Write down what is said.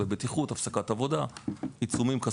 צווי בטיחות,